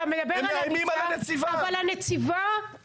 הם מאיימים על הנציבה.